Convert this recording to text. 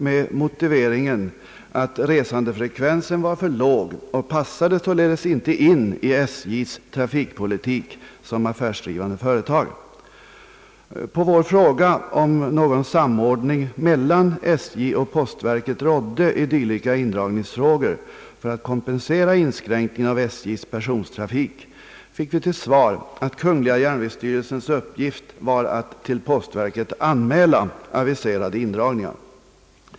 De motiverade sin inställning med att resandefrekvensen var för låg och således inte passade in i SJ:s trafikpolitik som affärsdrivande företag. På vår fråga om någon samordning mellan SJ och post verket rådde i dylika indragningsfrågor för att kompensera inskränkningen av SJ:s persontrafik fick vi till svar att kungl. järnvägsstyrelsens uppgift var att till poststyrelsen anmäla aviserade indragningar.